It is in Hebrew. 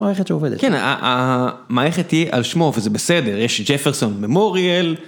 מערכת שעובדת, כן, המערכת היא על שמו וזה בסדר, יש ג'פרסון ממוריאל